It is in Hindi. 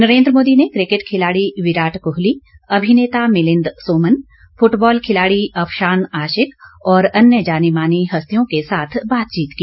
नरेन्द्र मोदी ने क्रिकेट खिलाड़ी विराट कोहली अभिनेता मिलिंद सोमन फूटबॉल खिलाड़ी अफशान आशिक और अन्य जानी मानी हस्तियों के साथ बातचीत की